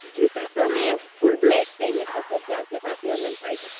जी sir तो हमें full black चाहिए था सर क्या आपके पास ये मिल पाएगी